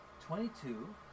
twenty-two